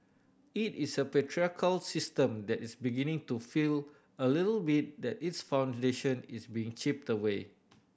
it is a patriarchal system that is beginning to feel a little bit that its foundation is being chipped away